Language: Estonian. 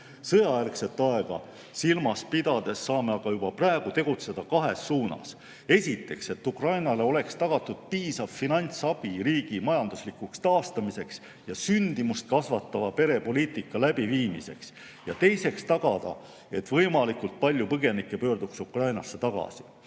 aega silmas pidades saame aga juba praegu tegutseda kahes suunas. Esiteks, et Ukrainale oleks tagatud piisav finantsabi riigi majanduslikuks taastamiseks ja sündimust kasvatava perepoliitika läbiviimiseks. Teiseks tuleb tagada, et võimalikult palju põgenikke pöörduks Ukrainasse tagasi.